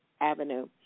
Avenue